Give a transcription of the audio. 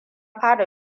fara